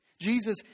Jesus